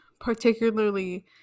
particularly